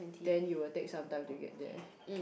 then you will take some time to get there